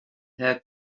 had